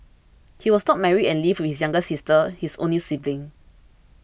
he was not married and lived with his younger sister his only sibling